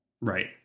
Right